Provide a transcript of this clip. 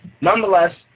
Nonetheless